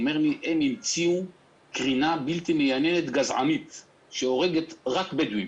הוא אומר לי: הם המציאו קרינה בלתי מייננת גזענית שהורגת רק בדואים,